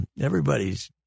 everybody's